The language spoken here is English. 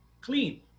clean